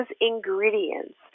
ingredients